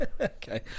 Okay